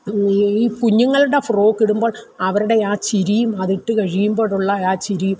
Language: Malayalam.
ഈ കുഞ്ഞുങ്ങളുടെ ഫ്രോക്കിടുമ്പോൾ അവരുടെ ആ ചിരിയും അതിട്ടുകഴിയുമ്പോഴുള്ള ആ ചിരി